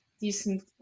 decent